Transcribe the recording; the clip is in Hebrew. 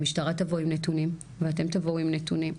המשטרה תבוא עם נתונים ואתם תבואו עם נתונים,